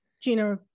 Gina